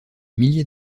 milliers